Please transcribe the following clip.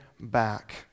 back